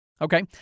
Okay